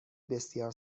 بسیار